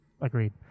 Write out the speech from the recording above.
agreed